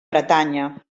bretanya